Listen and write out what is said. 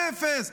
אפס.